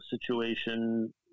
situation